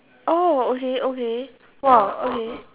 oh okay okay !wow! okay